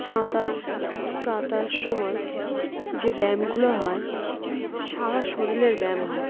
সাঁতার কাটার সময় যে ব্যায়ামগুলো হয় সারা শরীরের ব্যায়াম হয়